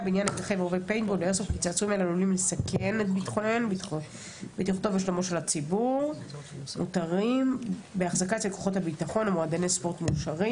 2012. אוקי.